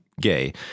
gay